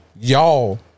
Y'all